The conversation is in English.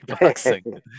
boxing